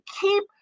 keep